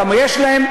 למה יש להם,